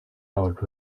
out